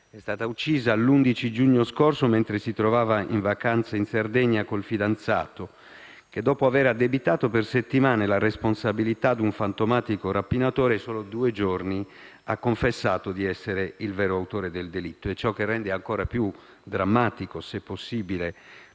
è stata uccisa l'11 giugno scorso mentre si trovava in vacanza in Sardegna con il fidanzato, il quale, dopo aver addebitato per settimane la responsabilità a un fantomatico rapinatore, solo due giorni fa ha confessato di essere il vero autore del delitto. Ciò che rende ancora più drammatica, se possibile,